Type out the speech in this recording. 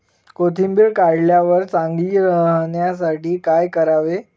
कोथिंबीर काढल्यावर चांगली राहण्यासाठी काय करावे?